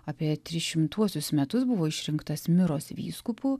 apie trišimtuosius metus buvo išrinktas miros vyskupu